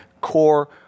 core